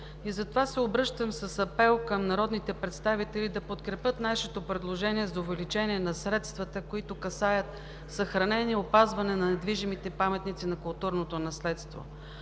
Затова се обръщам с един апел към народните представители да подкрепят нашето предложение за увеличение на средствата, които касаят съхранение и опазване на недвижимите паметници на културното наследство.